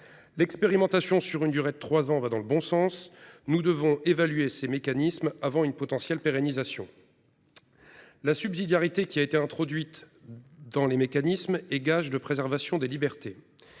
L'expérimentation sur une durée de trois ans va dans le bon sens. Nous devons évaluer ces mécanismes avant une potentielle pérennisation. La subsidiarité introduite dans les mécanismes est gage de préservation des libertés.